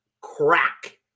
crack